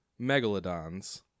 megalodons